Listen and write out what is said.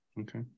Okay